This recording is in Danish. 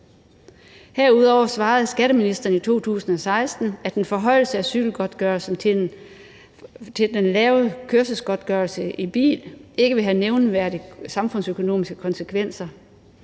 Herudover svarede skatteministeren i 2016, at en forhøjelse af cykelkørselsgodtgørelsen til den lave kørselsgodtgørelse i bil ikke ville have nævneværdige samfundsøkonomiske konsekvenser.